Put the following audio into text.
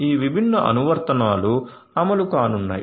ఈ విభిన్న అనువర్తనాలు అమలు కానున్నాయి